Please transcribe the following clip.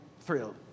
thrilled